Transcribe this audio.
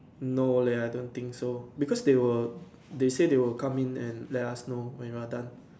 no leh I don't think so because they will they say they will come in and let us know when we are done